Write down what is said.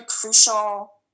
crucial